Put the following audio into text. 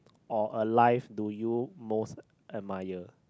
or alive do you most admire